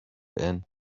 and